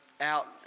out